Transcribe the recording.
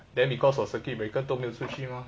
then because of circuit breaker 都没有出去吗